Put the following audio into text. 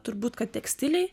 turbūt kad tekstilei